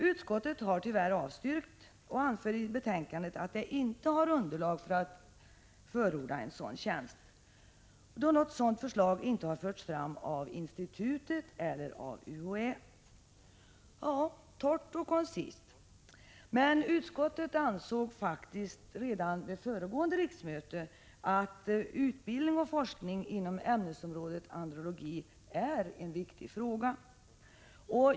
Utskottet har tyvärr avstyrkt och anför i sitt betänkande att det inte har underlag för att förorda en sådan tjänst, då något sådant förslag inte har förts fram av institutet eller av UHÄ. Kort och koncist! Men utskottet ansåg faktiskt redan vid föregående Prot. 1985/86:159 riksmöte att utb:ldning och forskning inom ämnesområdet andrologi är en 2 juni 1986 viktig fråga.